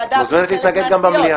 מה זה, אופייני לכם לשמאל, העניין הפוליטי?